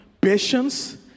patience